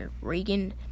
Reagan